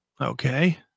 Okay